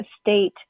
state